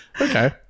Okay